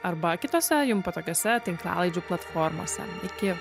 arba kitose jums patogiose tinklalaidžių platformose iki